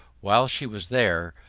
while she was there,